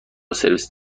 سرویس